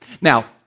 Now